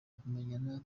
kumenyerana